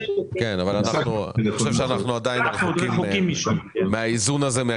אנחנו עדיין רחוקים מהאיזון הזה,